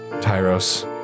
Tyros